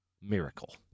miracle